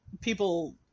people